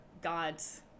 gods